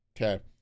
okay